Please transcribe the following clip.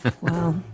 Wow